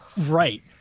Right